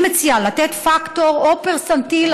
אני מציעה לתת פקטור או פרסנטיל,